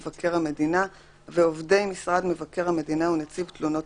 מבקר המדינה ועובדי משרד מבקר המדינה ונציב תלונות